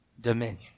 dominion